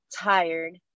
tired